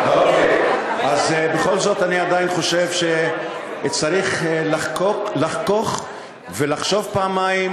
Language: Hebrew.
בכל זאת אני עדיין חושב שצריך לחכוך ולחשוב פעמיים